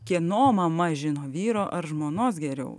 kieno mama žino vyro ar žmonos geriau